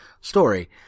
story